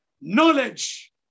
knowledge